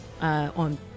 on